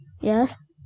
Yes